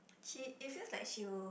she it feels like she will